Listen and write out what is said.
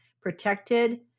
protected